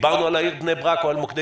דיברנו על העיר בני ברק או על מוקדי